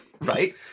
Right